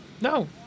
No